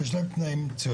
כי יש להם תנאים מצוינים,